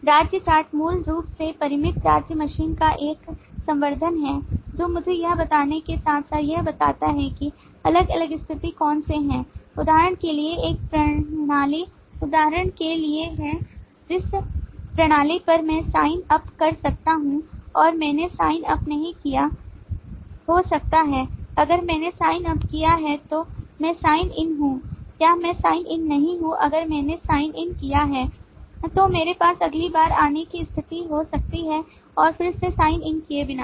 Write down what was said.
राज्य चार्ट मूल रूप से परिमित राज्य मशीन का एक संवर्द्धन है जो मुझे यह बताने के साथ साथ यह बताता है कि अलग अलग स्थती कौन से हैं उदाहरण के लिए एक प्रणाली उदाहरण के लिए हो सकती है जिस प्रणाली पर मैं साइन अप कर सकता हूं और मैंने साइन अप नहीं किया हो सकता है अगर मैंने साइन अप किया है तो मैं साइन इन हूं या मैं साइन इन नहीं हूं अगर मैंने साइन इन किया है तो मेरे पास अगली बार आने की स्थिति हो सकती है और फिर से साइन इन किए बिना